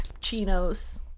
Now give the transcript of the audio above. chinos